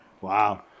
Wow